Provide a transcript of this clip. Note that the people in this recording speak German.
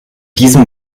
diesem